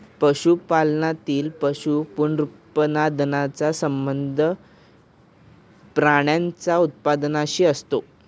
पशुपालनातील पशु पुनरुत्पादनाचा संबंध प्राण्यांच्या उत्पादनाशी असतो